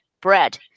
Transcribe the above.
bread